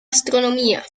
astronomía